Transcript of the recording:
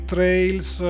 Trails